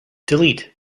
delete